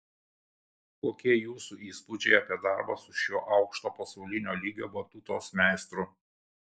kokie jūsų įspūdžiai apie darbą su šiuo aukšto pasaulinio lygio batutos meistru